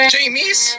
Jamies